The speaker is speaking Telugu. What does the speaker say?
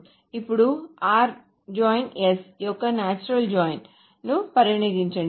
ఇప్పుడు యొక్క నాచురల్ జాయిన్ ను పరిగణించండి